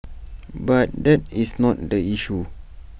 but that is not the issue